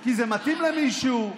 כי זה מתאים למישהו,